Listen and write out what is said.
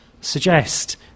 suggest